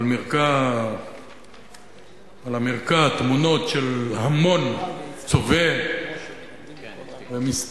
על המרקע תמונות של המון צובא ומסתער